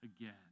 again